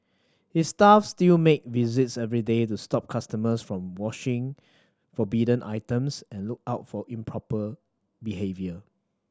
his staff still make visits every day to stop customers from washing forbidden items and look out for improper behaviour